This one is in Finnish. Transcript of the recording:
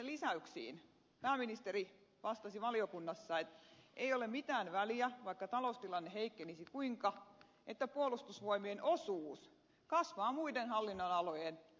lisäyksiin pääministeri vastasi valiokunnassa että ei ole mitään väliä vaikka taloustilanne heikkenisi kuinka että puolustusvoimien osuus kasvaa muiden hallinnonalojen siivulla